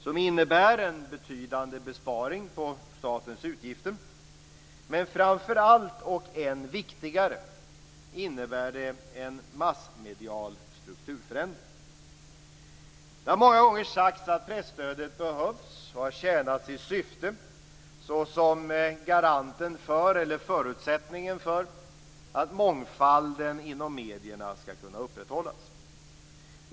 De innebär en betydande besparing på statens utgifter, men framför allt och än viktigare innebär de en massmedial strukturförändring. Det har många gånger sagts att presstödet behövs och har tjänat sitt syfte såsom förutsättningen för att mångfalden inom medierna skall kunna upprätthållas.